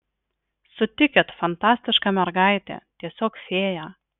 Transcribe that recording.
sutikit fantastiška mergaitė tiesiog fėja